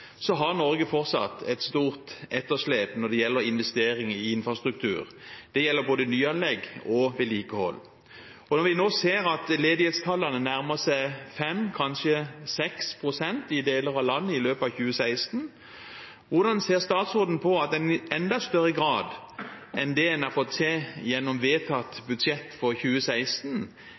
har Norge fortsatt et stort etterslep når det gjelder investering i infrastruktur. Det gjelder både nyanlegg og vedlikehold. Når vi nå ser at ledighetstallene nærmer seg 5 pst. – kanskje 6 pst. – i deler av landet i løpet av 2016, hvordan ser statsråden på at en i enda større grad enn det en har fått til gjennom vedtatt budsjett for 2016,